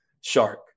shark